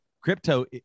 crypto